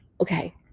Okay